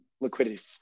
liquidity